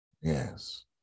Yes